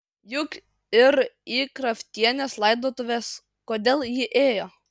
juk ir į kraftienės laidotuvės kodėl ji ėjo